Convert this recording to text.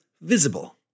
Visible